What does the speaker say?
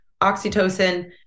oxytocin